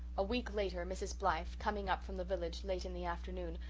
a week later mrs. blythe, coming up from the village late in the afternoon,